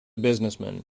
businessman